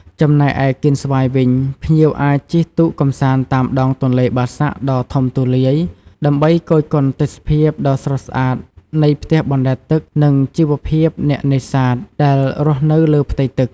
ចំណែកឯកៀនស្វាយវិញ ភ្ញៀវអាចជិះទូកកម្សាន្តតាមដងទន្លេបាសាក់ដ៏ធំទូលាយដើម្បីគយគន់ទេសភាពដ៏ស្រស់ស្អាតនៃផ្ទះបណ្តែតទឹកនិងជីវភាពអ្នកនេសាទដែលរស់នៅលើផ្ទៃទឹក។